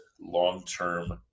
long-term